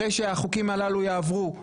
אחרי שהחוקים הללו יעברו,